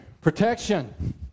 Protection